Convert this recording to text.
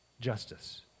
justice